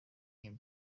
him